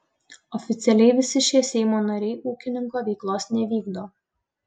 oficialiai visi šie seimo nariai ūkininko veiklos nevykdo